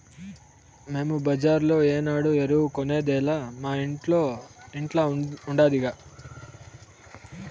మేము బజార్లో ఏనాడు ఎరువు కొనేదేలా మా ఇంట్ల ఉండాదిగా